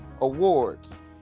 Awards